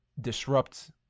disrupt